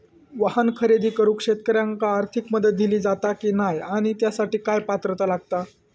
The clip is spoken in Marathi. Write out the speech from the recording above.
वाहन खरेदी करूक शेतकऱ्यांका आर्थिक मदत दिली जाता की नाय आणि त्यासाठी काय पात्रता लागता?